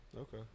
Okay